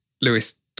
Lewis